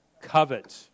Covet